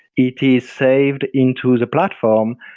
it is saved into the platform,